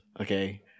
okay